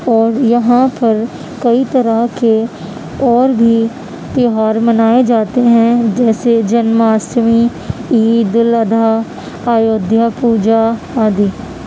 اور یہاں پر کئی طرح کے اور بھی تہوار منائے جاتے ہیں جیسے جنماشٹمی عید الاضحیٰ آیودھیا پوجا آدھی